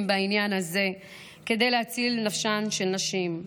בעניין הזה כדי להציל את נפשן של נשים.